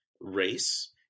race